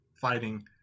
fighting